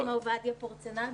סימה עובדיה פורצנל,